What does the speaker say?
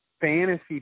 fantasy